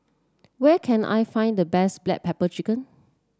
where can I find the best Black Pepper Chicken